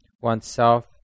oneself